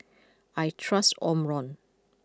I trust Omron